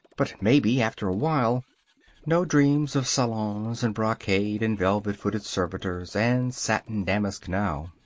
but maybe, after a while no dreams of salons, and brocade, and velvet-footed servitors, and satin damask now.